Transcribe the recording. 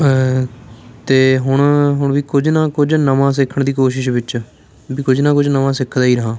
ਅਤੇ ਹੁਣ ਹੁਣ ਵੀ ਕੁਝ ਨਾ ਕੁਝ ਨਵਾਂ ਸਿੱਖਣ ਦੀ ਕੋਸ਼ਿਸ਼ ਵਿੱਚ ਵੀ ਕੁਝ ਨਾ ਕੁਝ ਨਵਾਂ ਸਿੱਖਦਾ ਹੀ ਰਹਾਂ